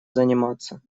заниматься